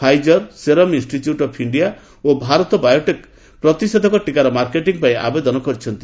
Pfizer Serum Institute of India ଓ Bharat Biotech ପ୍ରତିଷେଧକ ଟୀକାର ମାର୍କେଟିଂ ପାଇଁ ଆବେଦନ କରିଛନ୍ତି